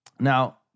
Now